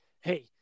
hey